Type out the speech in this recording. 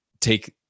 take